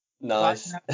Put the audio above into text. Nice